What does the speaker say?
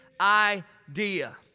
idea